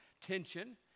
tension